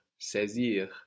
saisir